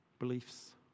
beliefs